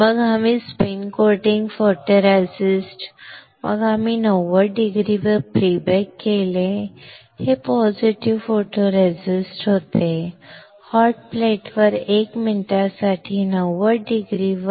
मग आम्ही spin coating photoresist मग आम्ही 90 डिग्रीवर प्री बेक केले हे पॉझिटिव्ह फोटोरेसिस्ट होते हॉट प्लेट वर 1 मिनिटासाठी 90 अंश